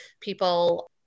people